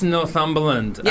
Northumberland